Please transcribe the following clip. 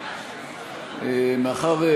מאחר,